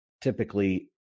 typically